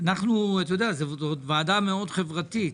אתה יודע, זאת ועדה מאוד חברתית.